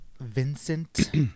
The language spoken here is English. Vincent